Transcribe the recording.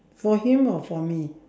for him or for me